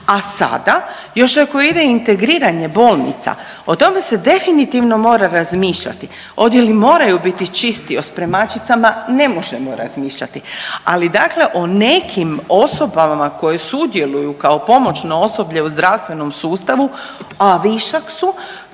a sada još ako ide i integriranje bolnica, o tome se definitivno mora razmišljati, odjeli moraju biti čisti, o spremačicama ne možemo razmišljati, ali dakle o nekim osobama koje sudjeluju kao pomoćno osoblje u zdravstvenom sustavu, a višak su,